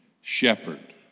shepherd